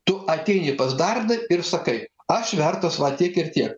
tu ateini pas darbdav ir sakai aš vertas va tiek ir tiek